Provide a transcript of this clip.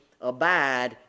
abide